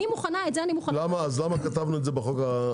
אז למה כתבנו את זה בחוק?